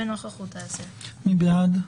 בנוכחות האסיר." מי בעד?